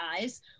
eyes